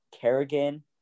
Kerrigan